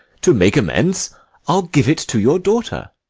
to make amends i'll give it to your daughter.